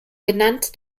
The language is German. genannt